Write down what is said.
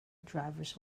drivers